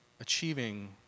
achieving